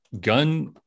gun